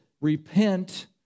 repent